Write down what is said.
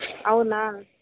అవునా